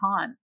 time